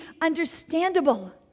understandable